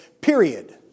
period